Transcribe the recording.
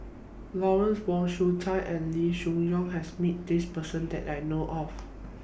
Lawrence Wong Shyun Tsai and Loo Choon Yong has Met This Person that I know of